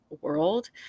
world